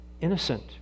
innocent